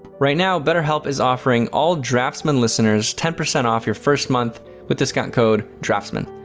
right now, betterhelp is offering all draftsmen listeners ten percent off your first month with discount code draftsmen.